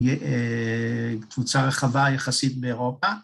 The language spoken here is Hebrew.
תפוצה רחבה יחסית באירופה.